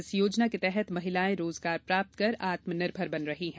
इस योजना के तहत महिलाएं रोजगार प्राप्त कर आत्मनिर्भर बन रही है